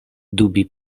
dubi